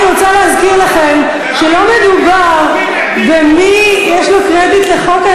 אני רוצה להזכיר לכם שלא מדובר במי יש לו קרדיט על חוק.